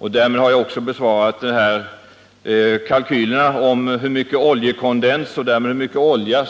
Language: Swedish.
Med detta har jag i realiteten också bemött kalkylerna som energikommissionen räknade fram om hur mycket oljekondens — och därmed hur mycket olja